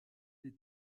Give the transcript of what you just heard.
des